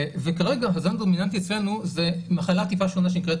וכרגע הזן הדומיננטי אצלנו זה מחלה טיפה שונה שנקראת